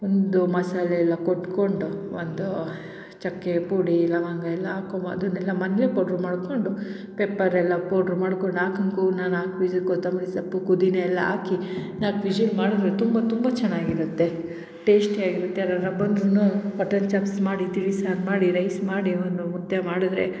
ಒಂದು ಮಸಾಲೆ ಎಲ್ಲ ಕೊಟ್ಟುಕೊಂಡು ಒಂದು ಚಕ್ಕೆ ಪುಡಿ ಲವಂಗ ಎಲ್ಲ ಹಾಕೊಮ ಅದನ್ನೆಲ್ಲ ಮನೆಲೆ ಪೌಡ್ರು ಮಾಡಿಕೊಂಡು ಪೆಪ್ಪರ್ ಎಲ್ಲ ಪೌಡ್ರ್ ಮಾಡ್ಕೊಂಡು ಹಾಕೊಂಡು ಕು ನಾ ನಾಲ್ಕು ವಿಸಿಲ್ ಕೊತ್ತಂಬರಿ ಸೊಪ್ಪು ಪುದೀನ ಎಲ್ಲ ಹಾಕಿ ನಾಲ್ಕು ವಿಶಿಲ್ ಮಾಡಿದ್ರೆ ತುಂಬ ತುಂಬ ಚೆನ್ನಾಗಿರುತ್ತೆ ಟೇಶ್ಟಿಯಾಗಿ ಇರುತ್ತೆ ಯಾರಾನ ಬಂದರೂ ಮಟನ್ ಚಾಪ್ಸ್ ಮಾಡಿ ತಿಳಿ ಸಾರು ಮಾಡಿ ರೈಸ್ ಮಾಡಿ ಒಂದು ಮುದ್ದೆ ಮಾಡಿದರೆ